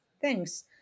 Thanks